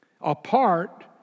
apart